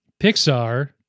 Pixar